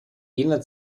jener